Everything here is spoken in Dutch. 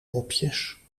mopjes